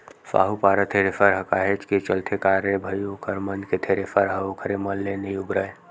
साहूपारा थेरेसर ह काहेच के चलथे का रे भई ओखर मन के थेरेसर ह ओखरे मन ले नइ उबरय